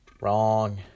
Wrong